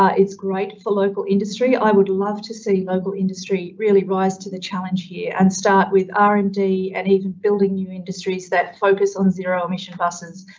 ah it's great for local industry. i would love to see local industry really rise to the challenge here and start with r and d and even building new industries that focus on zero emission buses.